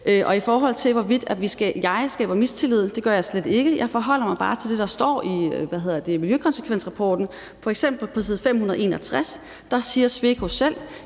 I forhold til hvorvidt jeg skaber mistillid, vil jeg sige, at det gør jeg slet ikke. Jeg forholder mig bare til det, der står i miljøkonsekvensrapporten, f.eks. på 561, at man har taget